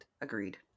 agreed